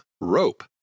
Rope